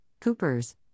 Coopers